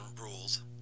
rules